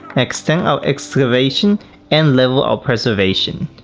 extent of excavation and level of preservation.